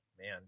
man